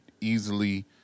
easily